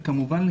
וכמובן,